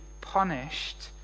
punished